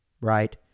right